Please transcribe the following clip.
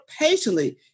patiently